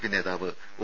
P നേതാവ് O